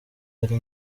ari